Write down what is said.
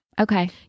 Okay